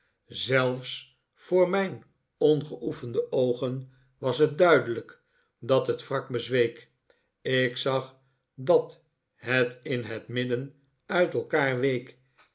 zelfs voor mijn ongeoefende oogen was het duidelijk dat het wrak bezweek ik zag dat het in het midden uit elkaar week